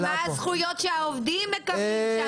ומה הזכויות שהעובדים מקבלים שם.